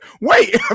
Wait